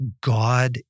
God